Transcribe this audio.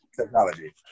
technology